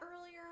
earlier